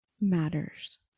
matters